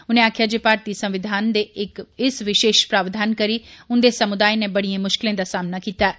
उनें आक्खेआ जे भारती संविधानै दे इस बशेष प्रावधान करी उंदे समुदाय नै बड़िए मुश्कलें दा सामना कीता ऐ